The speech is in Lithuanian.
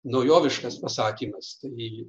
naujoviškas pasakymas tai